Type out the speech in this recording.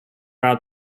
out